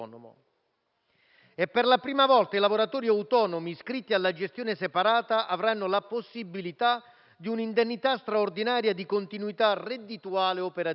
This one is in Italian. e per la prima volta i lavoratori autonomi iscritti alla gestione separata avranno la possibilità di un'indennità straordinaria di continuità reddituale operativa.